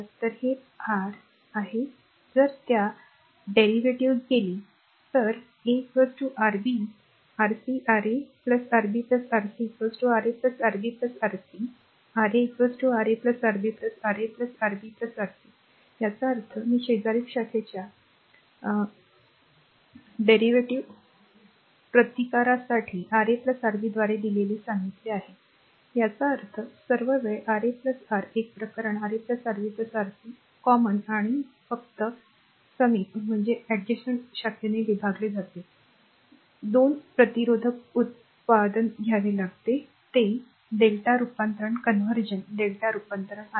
तर हे r आहे जर त्या व्युत्पत्तीकडे गेले तर a Rb Rc Ra Rb Rc a Ra Rb Rc R a Ra Rb Ra Rb rc याचा अर्थ मी शेजारील शाखेच्या उत्पादनाच्या प्रतिकारासाठी Ra Rb द्वारे दिलेले सांगितले याचा अर्थ सर्व वेळ r a a R एक प्रकरण Ra Rb Rc सामान्य आणि फक्त समीप शाखेने विभागले जाते जे 2 प्रतिरोधक उत्पादन घ्यावे लागते ते r lrmΔ रूपांतरण conversion lrmΔ रूपांतरण आहे